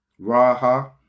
Raha